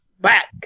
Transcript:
Back